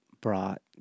brought